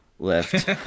lift